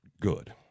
good